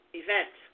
event